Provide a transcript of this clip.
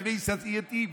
הכנסייתיים,